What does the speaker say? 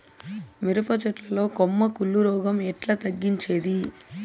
మిరప చెట్ల లో కొమ్మ కుళ్ళు రోగం ఎట్లా తగ్గించేది?